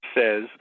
says